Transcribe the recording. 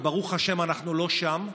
וברוך השם אנחנו לא שם.